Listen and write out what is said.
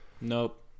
Nope